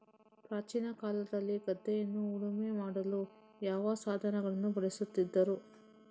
ಪ್ರಾಚೀನ ಕಾಲದಲ್ಲಿ ಗದ್ದೆಯನ್ನು ಉಳುಮೆ ಮಾಡಲು ಯಾವ ಸಾಧನಗಳನ್ನು ಬಳಸುತ್ತಿದ್ದರು?